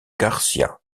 garcía